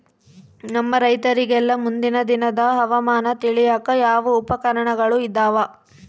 ನಮ್ಮ ರೈತರಿಗೆಲ್ಲಾ ಮುಂದಿನ ದಿನದ ಹವಾಮಾನ ತಿಳಿಯಾಕ ಯಾವ ಉಪಕರಣಗಳು ಇದಾವ?